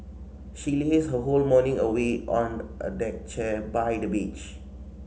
she lazed her whole morning away on a deck chair by the beach